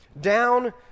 down